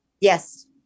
Yes